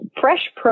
Fresh